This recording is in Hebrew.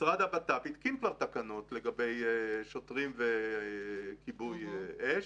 המשרד לביטחון פנים התקין תקנות לגבי שוטרים וכיבוי אש.